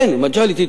אין, מגלי.